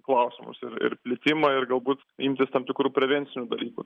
klausimus ir ir plitimą ir galbūt imtis tam tikrų prevencinių dalykų